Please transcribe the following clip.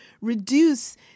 reduce